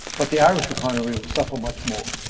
but the irish economy will suffer much more,